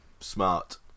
smart